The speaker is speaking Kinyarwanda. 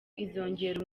izongera